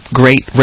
great